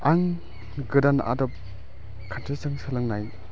आं गोदान आदब खान्थिजों सोलोंनाय